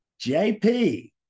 JP